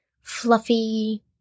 fluffy